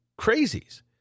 crazies